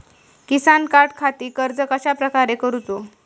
किसान कार्डखाती अर्ज कश्याप्रकारे करूचो?